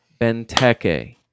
Benteke